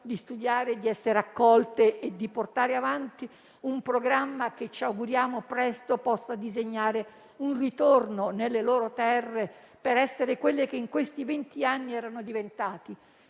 di studiare, di essere accolte e di portare avanti un programma che ci auguriamo possa presto disegnare un ritorno nelle loro terre, per essere quelle che in questi vent'anni erano diventate